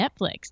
Netflix